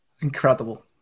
Incredible